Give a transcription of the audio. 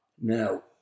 Now